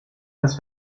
das